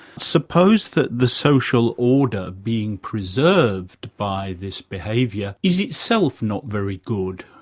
suppose that the social order being preserved by this behaviour is itself not very good,